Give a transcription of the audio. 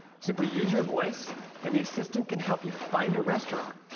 simply use your voice and the assistant can help you find a restaurant,